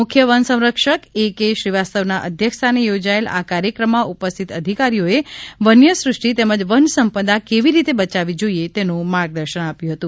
મુખ્ય વન સંરક્ષક એ કે શ્રીવાસ્તવના અધ્યક્ષ સ્થાને યોજાયેલ આ કાર્યક્રમમાં ઉપસ્થિત અધિકારીઓએ વન્ય સૃષ્ટિ તેમજ વનસંપદા કેવી રીતે બયાવવી જોઈએ તેનું માર્ગદર્શન આપ્યું હતું